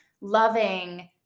loving